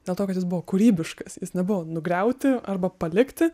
dėl to kad jis buvo kūrybiškas jis nebuvo nugriauti arba palikti